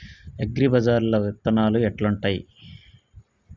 అగ్రిబజార్ల విత్తనాలు ఎట్లుంటయ్?